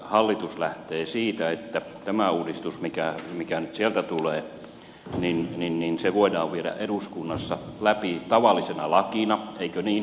hallitus lähtee siitä että tämä uudistus mikä nyt sieltä tulee voidaan viedä eduskunnassa läpi tavallisena lakina eikö niin rouva ministeri